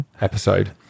episode